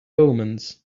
omens